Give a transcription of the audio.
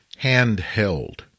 Handheld